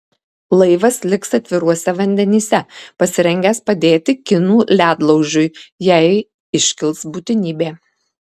laivas liks atviruose vandenyse pasirengęs padėti kinų ledlaužiui jei iškils būtinybė